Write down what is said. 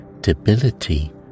debility